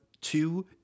two